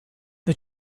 the